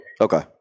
okay